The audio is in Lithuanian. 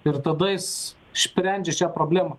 ir tada jis sprendžia šią problemą